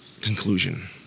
conclusion